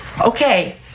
Okay